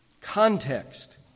context